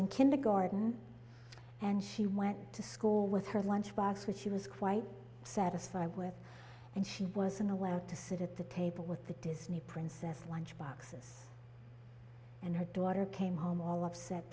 in kindergarten and she went to school with her lunchbox which she was quite satisfied with and she was in a way to sit at the table with the disney princess lunch boxes and her daughter came home all upset